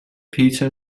peter